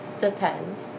Depends